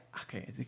okay